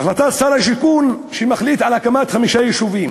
החלטת שר השיכון, שמחליט על הקמת חמישה יישובים